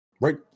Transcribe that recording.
Right